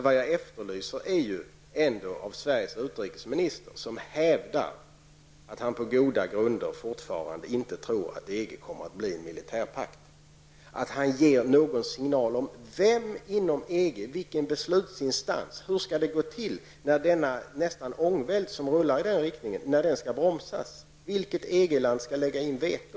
Vad jag efterlyser är ändå om Sveriges utrikesminister, som hävdar att han på goda grunder fortfarande inte tror att EG kommer att bli en militärpakt, kan ge någon signal om vem inom EG, vilken beslutsinstans, som kan bromsa denna ångvält som rullar i den riktningen och hur det skall gå till. Vilket EG-land skall lägga in veto?